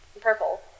purple